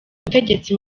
ubutegetsi